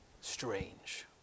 strange